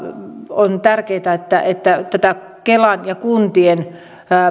on tärkeätä että että kelan ja kuntien